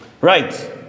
Right